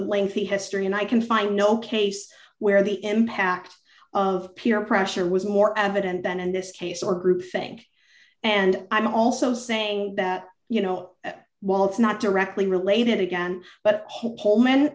the lengthy history and i can find no case where the impact of peer pressure was more evident than in this case or group think and i'm also saying that you know while it's not directly related again but